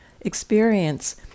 experience